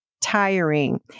tiring